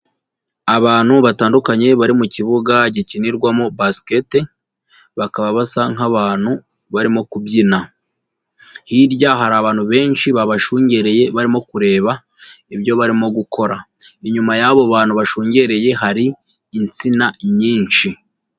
Abantu batandukanye, bari mu kibuga gikinirwamo basikete, bakaba basa nk'abantu barimo kubyina, hirya hari abantu benshi babashungereye barimo kureba ibyo barimo gukora, inyuma y'abo bantu bashungereye hari insina nyinshi.